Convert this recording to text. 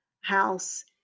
house